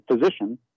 physician